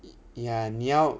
ya 你要